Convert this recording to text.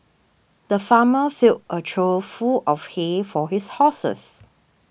the farmer filled a trough full of hay for his horses